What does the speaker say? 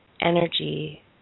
energy